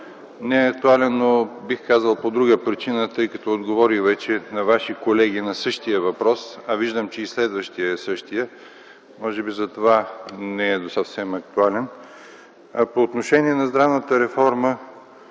не е актуален, но, бих казал, по друга причина. Отговорих вече на Ваши колеги на същия въпрос, а виждам, че и следващият е същият – може би затова не е съвсем актуален. По отношение на здравната реформа